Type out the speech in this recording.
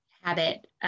habit